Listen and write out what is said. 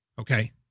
Okay